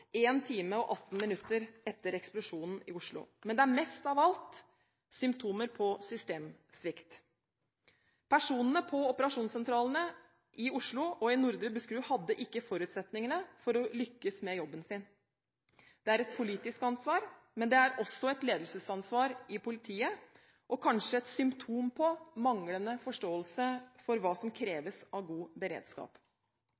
time og 18 minutter etter eksplosjonen i Oslo. Men det er mest av alt symptomer på systemsvikt. Personene på operasjonssentralene i Oslo og Nordre Buskerud hadde ikke forutsetninger for å lykkes med jobben sin. Det er et politisk ansvar, men det er også et ledelsesansvar i politiet. Det er kanskje et symptom på manglende forståelse for hva som